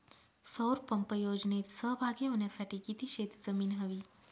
सौर पंप योजनेत सहभागी होण्यासाठी किती शेत जमीन हवी?